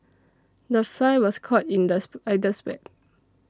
the fly was caught in the spider's web